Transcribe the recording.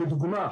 לדוגמה,